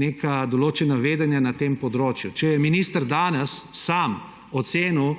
neka določena vedenja na tem področju. Če je minister danes sam ocenil,